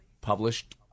Published